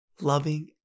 loving